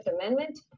Amendment